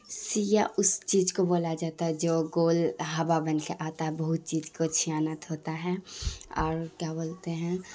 سیا اس چیز کو بولا جاتا ہے جو گول ہوا بن کے آتا ہے بہت چیز کو چھیانت ہوتا ہے اور کیا بولتے ہیں